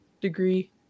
degree